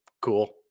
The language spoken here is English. cool